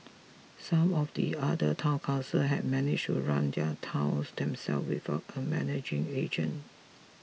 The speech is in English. some of the other Town Councils have managed to run their towns themselves without a managing agent